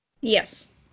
Yes